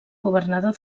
governador